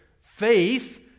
faith